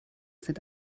sind